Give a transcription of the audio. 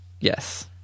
yes